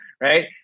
right